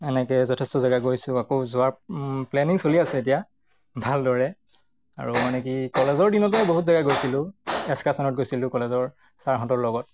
এনেকৈ যথেষ্ট জেগা গৈছোঁ আকৌ যোৱাৰ প্লেনিং চলি আছে এতিয়া ভালদৰে আৰু মানে কি কলেজৰ দিনতে বহুত জেগা গৈছিলোঁ এস্কাৰচনত গৈছিলোঁ কলেজৰ ছাৰহঁতৰ লগত